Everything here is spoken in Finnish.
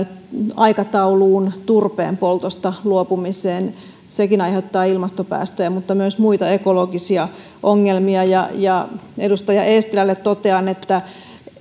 aikatauluun turpeen poltosta luopumiseen sekin aiheuttaa ilmastopäästöjä mutta myös muita ekologisia ongelmia edustaja eestilälle totean että